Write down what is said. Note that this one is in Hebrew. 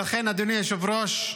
אדוני היושב-ראש,